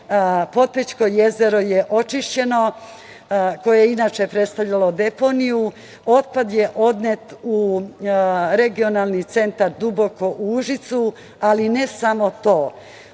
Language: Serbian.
Potpećko jezero je očišćeno, koje je inače predstavljalo deponiju, otpad je odnet u Regionalni centar „Duboko“ u Užicu. Ali, ne samo to,